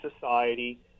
society